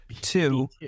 two